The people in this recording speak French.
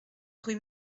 rue